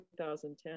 2010